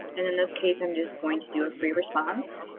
and in this case i'm just going to do a free response.